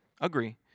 Agree